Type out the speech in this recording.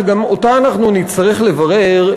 שגם אותה אנחנו נצטרך לברר,